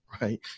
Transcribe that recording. right